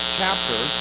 chapter